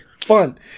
Fun